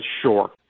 sure